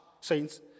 Saints